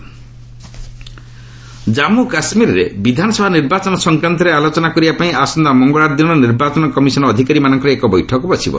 EC JK Jammu କାଶ୍ମୀରରେ ବିଧାନସଭା ନିର୍ବାଚନ ସଂକ୍ରାନ୍ତରେ ଆଲୋଚନା କରିବାପାଇଁ ଆସନ୍ତା ମଙ୍ଗଳବାର ଦିନ ନିର୍ବାଚନ କମିଶନ ଅଧିକାରୀମାନଙ୍କର ଏକ ବୈଠକ ବସିବ